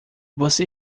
você